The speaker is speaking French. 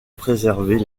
préserver